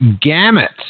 gamut